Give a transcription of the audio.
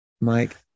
Mike